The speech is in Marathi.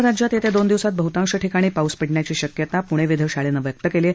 संपूर्ण राज्यात येत्या दोन दिवसात बहतांश ठिकाणी पाऊस पडण्याची शक्यता पृणे वेधशाळेनं व्यक्त् केली आहे